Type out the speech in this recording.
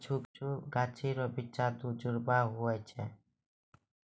कुछु गाछी रो बिच्चा दुजुड़वा हुवै छै